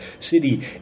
city